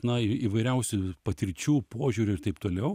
na įvairiausių patirčių požiūrių ir taip toliau